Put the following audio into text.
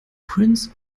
prince